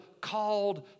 called